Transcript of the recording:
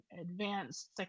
advanced